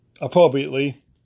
appropriately